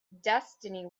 destiny